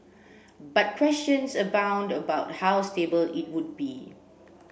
but questions abound about how stable it would be